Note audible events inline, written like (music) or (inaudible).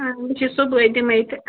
(unintelligible) چھِ صُبحٲے دِمَے تہِ